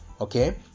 Okay